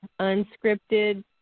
unscripted